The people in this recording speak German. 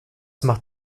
macht